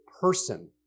person